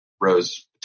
Rose